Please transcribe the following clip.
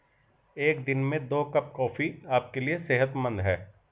एक दिन में दो कप कॉफी आपके लिए सेहतमंद है